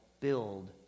build